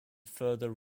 further